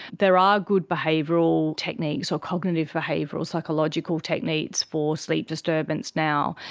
there are good behavioural techniques or cognitive behavioural psychological techniques for sleep disturbance now.